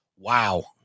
Wow